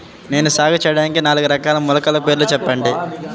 నేను సాగు చేయటానికి నాలుగు రకాల మొలకల పేర్లు చెప్పండి?